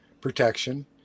protection